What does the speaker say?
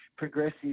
Progressive